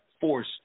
force